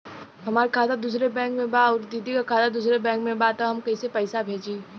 हमार खाता दूसरे बैंक में बा अउर दीदी का खाता दूसरे बैंक में बा तब हम कैसे पैसा भेजी?